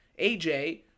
AJ